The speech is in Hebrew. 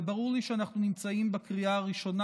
וברור לי שאנחנו נמצאים בקריאה ראשונה